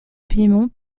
piémont